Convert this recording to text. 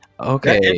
okay